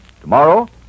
Tomorrow